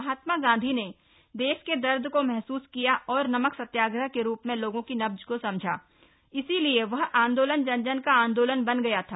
महात्मा गांधी ने देश के दर्द को महसूस किया और नमक सत्याग्रह के रूप में लोगों की नब्ज को समझा इसलिए वह आंदोलन जन जन का आंदोलन बन गया था